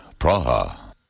Praha